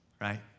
Right